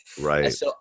Right